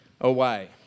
away